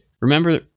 Remember